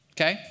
Okay